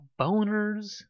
boners